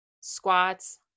squats